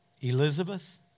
Elizabeth